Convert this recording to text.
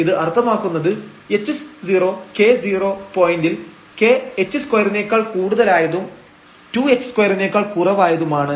ഇത് അർത്ഥമാക്കുന്നത് h0k0 പോയന്റിൽ k h2 നേക്കാൾ കൂടുതലായതും 2h2 നേക്കാൾ കുറവായതുമാണ്